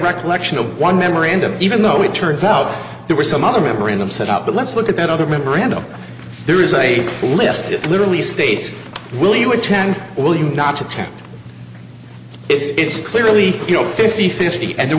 recollection of one memorandum even though it turns out there were some other memorandum set up but let's look at that other memorandum there is a list of literally states will you attend will you not to attempt it it's clearly you know fifty fifty and there